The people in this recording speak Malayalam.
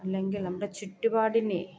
അല്ലെങ്കിൽ നമ്മുടെ ചുറ്റുപാടിനെ